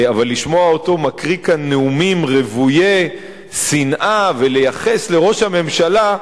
אבל לשמוע אותו מקריא כאן נאומים רוויי שנאה ולייחס לראש הממשלה,